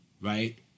right